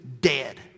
dead